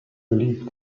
believed